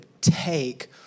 take